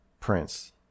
prince